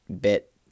Bit